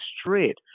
straight